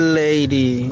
lady